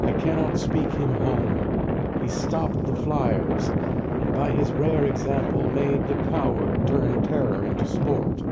i cannot speak him home he stopp'd the fliers and by his rare example made the coward turn terror into sport